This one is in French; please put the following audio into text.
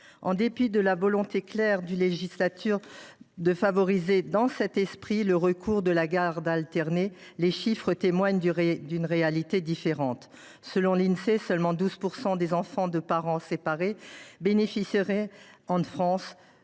En dépit de la volonté claire du législateur de favoriser, dans cet esprit, le recours à la garde alternée, les chiffres témoignent d’une réalité différente. Selon l’Insee, en France, seuls 12 % des enfants de parents séparés bénéficieraient de la